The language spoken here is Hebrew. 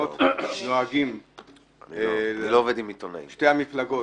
אנחנו אנשים שאוהבים להיצמד למסורת,